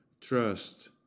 trust